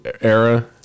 era